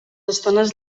estones